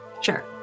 Sure